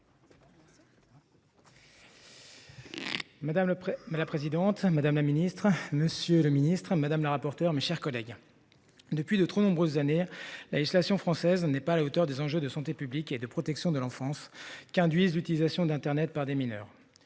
mais la présidente Madame la Ministre, Monsieur le Ministre, madame la rapporteure, mes chers collègues. Depuis de trop nombreuses années. La législation française n'est pas à la hauteur des enjeux de santé publique et de protection de l'enfance qu'induisent l'utilisation d'Internet par des mineurs.